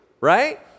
right